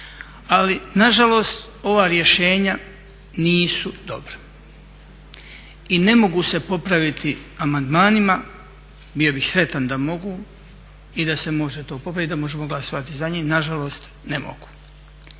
Ali nažalost ova rješenja nisu dobra i ne mogu se popraviti amandmanima, bio bih sretan da mogu i da se može to popraviti da možemo glasovati za njega, nažalost ne mogu.